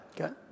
Okay